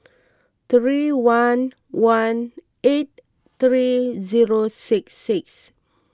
three one one eight three zero six six